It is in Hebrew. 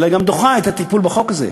אלא גם דוחה את הטיפול בחוק הזה.